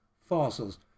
fossils